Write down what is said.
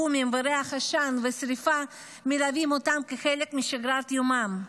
בומים וריח עשן ושרפה מלווים אותם כחלק משגרת יומם?